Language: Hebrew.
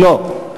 לא.